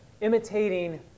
imitating